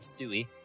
Stewie